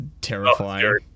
terrifying